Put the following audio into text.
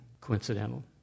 coincidental